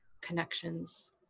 connections